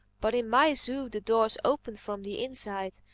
but in my zoo the doors open from the inside,